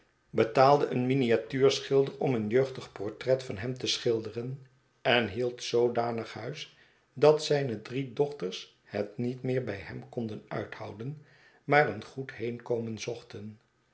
betaalde een miniatuurschilder om een jeugdig portret van hem te schilderen en hield zoodanig huis dat zijne drie dochters het niet meer bij hem konden uithouden maar een goed heenkomen zochten